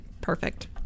Perfect